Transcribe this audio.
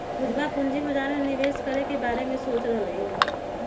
पूजवा पूंजी बाजार में निवेश करे के बारे में सोच रहले है